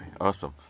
Awesome